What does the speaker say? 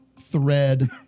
thread